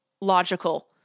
logical